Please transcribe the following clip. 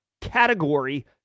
category